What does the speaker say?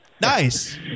Nice